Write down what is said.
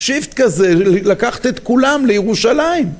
שיפט כזה לקחת את כולם לירושלים?